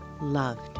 loved